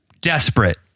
desperate